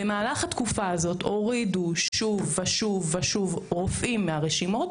במהלך התקופה הזאת הורידו שוב ושוב ושוב רופאים מהרשימות,